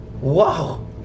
Wow